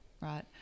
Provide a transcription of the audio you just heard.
right